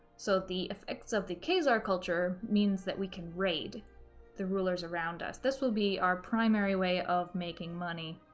so, the effect of the khazar culture means that we can raid the rulers around us this will be our primary way of making money,